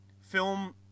film